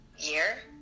year